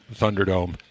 Thunderdome